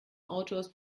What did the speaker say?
autors